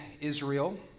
Israel